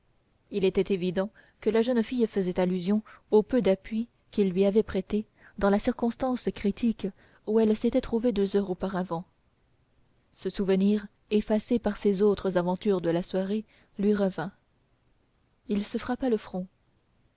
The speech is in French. il était évident que la jeune fille faisait allusion au peu d'appui qu'il lui avait prêté dans la circonstance critique où elle s'était trouvée deux heures auparavant ce souvenir effacé par ses autres aventures de la soirée lui revint il se frappa le front